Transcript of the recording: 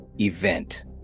event